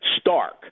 stark